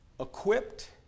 equipped